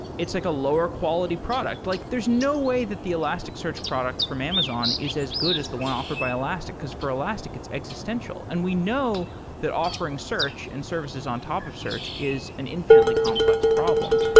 it's like a lower quality product. like there's no way that the elasticsearch product from amazon is as good as the one offered by elastic, because for elastic, it's existential, and we know that offering search and services on top of search is an infinitely complex problem.